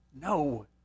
No